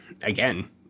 again